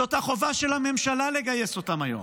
זאת החובה של הממשלה לגייס אותם היום.